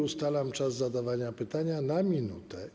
Ustalam czas zadawania pytania - 1 minuta.